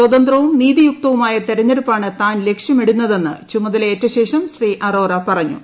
സ്വതന്ത്രവും നീതിയുക്തവുമായ തെരഞ്ഞെടുപ്പാണ് താൻ ലക്ഷ്യമിടുന്നതെന്ന് ചുമതല ഏറ്റശേഷം ശ്രീ അറോറ പറഞ്ഞു